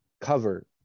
cover